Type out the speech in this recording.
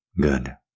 Good